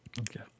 Okay